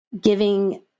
giving